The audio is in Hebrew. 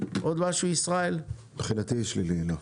מבחינתי לא.